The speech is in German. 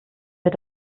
mit